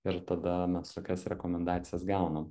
ir tada mes tokias rekomendacijas gaunam